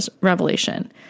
revelation